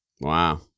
Wow